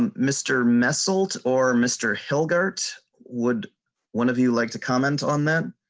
um mr mess old or mr. hilbert would one of you like to comment on that.